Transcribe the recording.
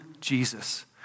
Jesus